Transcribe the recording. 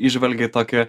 įžvelgia tokį